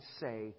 say